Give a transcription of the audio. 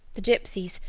the gypsies,